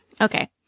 Okay